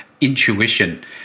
intuition